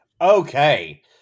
Okay